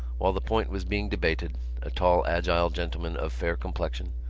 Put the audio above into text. while the point was being debated a tall agile gentleman of fair complexion,